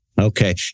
Okay